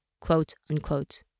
quote-unquote